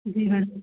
जी madam